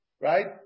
right